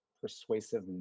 persuasive